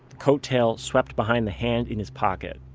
coat tail swept behind the hand in his pocket.